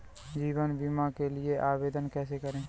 जीवन बीमा के लिए आवेदन कैसे करें?